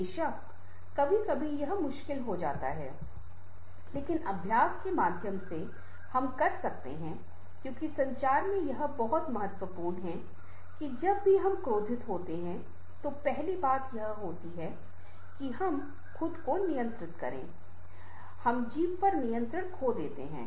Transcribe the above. बेशक कभी कभी यह बहुत मुश्किल हो जाता है लेकिन अभ्यास के माध्यम से हम कर सकते हैं क्योंकि संचार में यह बहुत महत्वपूर्ण है कि जब भी हम क्रोधित होते हैं तो पहली बात यह होती है कि हम खेद को नियंत्रित करते हैं हम जीभ पर नियंत्रण खो देंगे